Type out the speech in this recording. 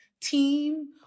team